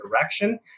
direction